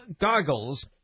Goggles